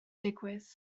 digwydd